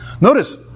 Notice